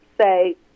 say